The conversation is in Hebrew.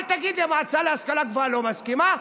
אל תגיד שהמועצה להשכלה גבוהה לא מסכימה.